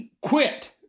quit